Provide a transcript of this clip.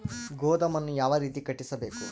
ಗೋದಾಮನ್ನು ಯಾವ ರೇತಿ ಕಟ್ಟಿಸಬೇಕು?